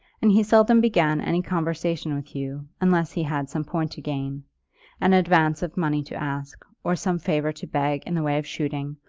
and he seldom began any conversation with hugh unless he had some point to gain an advance of money to ask, or some favour to beg in the way of shooting,